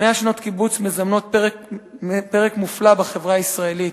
100 שנות קיבוץ מזמנות פרק מופלא בחברה הישראלית.